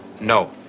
No